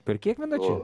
per kiek minučių